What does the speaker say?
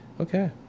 Okay